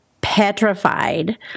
petrified